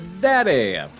daddy